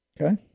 Okay